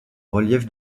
relief